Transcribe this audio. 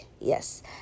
yes